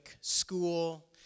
school